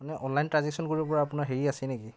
মানে online transaction কৰিব পৰা আপোনাৰ হেৰি আছে নেকি